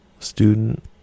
student